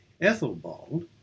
Ethelbald